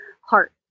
heart